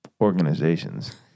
organizations